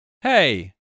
Hey